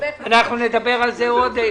אנחנו נדבר על זה עוד.